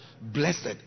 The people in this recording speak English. blessed